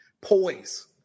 poise